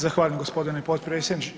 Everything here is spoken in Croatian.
Zahvaljujem gospodine potpredsjedniče.